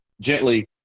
gently